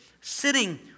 Sitting